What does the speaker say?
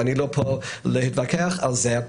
ואני לא פה להתווכח על זה,